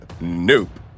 Nope